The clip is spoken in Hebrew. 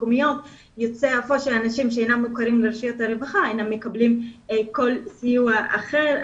יוצא שאנשים שאינם מוכרים לרשויות הרווחה אינם מקבלים כל סיוע אחר.